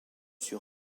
sur